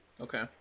Okay